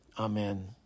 Amen